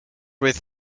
with